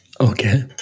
Okay